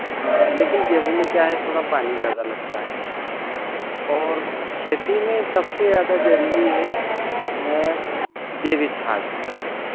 लेकिन गेहूँ में क्या है थोड़ा पानी ज़्यादा लगता है और खेती में सबसे ज़्यादा ज़रूरी है जैविक खाद